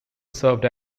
served